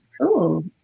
Cool